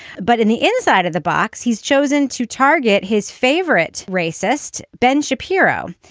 but in the inside of the box, he's chosen to target his favorite racist, ben shapiro.